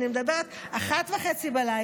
אני מדברת על 01:30,